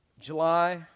July